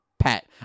Pat